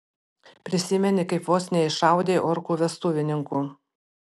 prisimeni kaip vos neiššaudei orkų vestuvininkų